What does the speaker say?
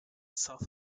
south